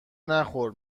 نخور